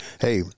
Hey